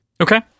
Okay